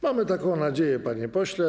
Mamy taką nadzieję, panie pośle.